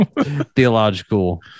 theological